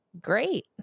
Great